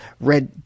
red